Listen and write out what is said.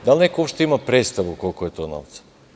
Da li neko uopšte ima predstavu koliko je to novca?